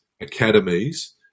academies